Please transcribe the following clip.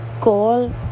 call